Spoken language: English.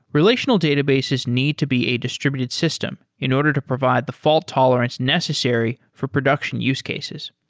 relational databases need to be a distributed system in order to provide the fault tolerance necessary for production use cases.